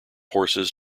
horses